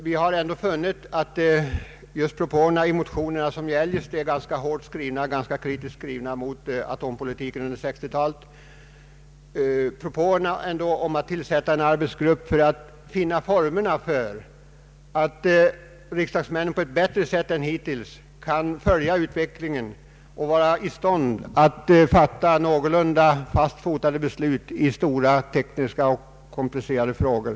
Vi instämmer emellertid i propåerna i motionerna — som är ganska hårt och kritiskt skrivna mot atompolitiken under 1960-talet — om att tillsätta en arbetsgrupp för att finna former för att riksdagsmännen på ett bättre sätt än hittills skall kunna följa utvecklingen och vara i stånd att fatta någorlunda fast fotade beslut i stora tekniska och komplicerade frågor.